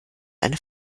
eine